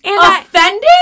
Offended